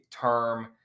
term